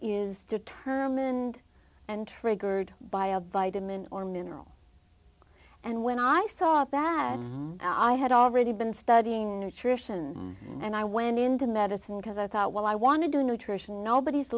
is determined and triggered by a vitamin or mineral and when i saw that i had already been studying nutrition and i went into medicine because i thought well i want to do nutrition nobody's